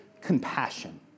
compassion